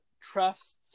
trusts